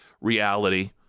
reality